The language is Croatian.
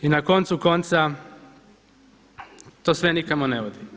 I na koncu konca to sve nimalo ne vodi.